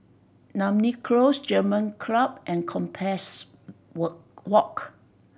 Namly Close German Club and Compassvale Wo Walk